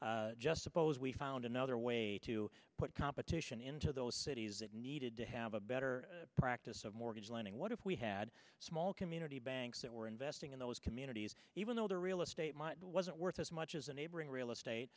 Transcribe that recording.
just suppose we found another way to put competition into those cities it needed to have a better practice of mortgage lending what if we had small community banks that were investing in those communities even though their real estate wasn't worth as much as a neighboring real estate